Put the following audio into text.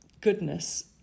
goodness